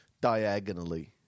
diagonally